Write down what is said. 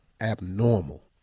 abnormal